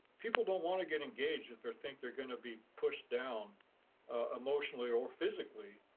people don't wanna get engaged if they're think they're going to be pushed down emotionally or physically,